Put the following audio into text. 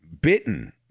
bitten